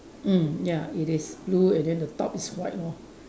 mm ya it is blue and then the top is white lor